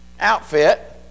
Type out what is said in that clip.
outfit